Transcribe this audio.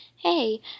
Hey